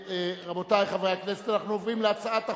רבותי חברי הכנסת, אנחנו עוברים להצעת החוק,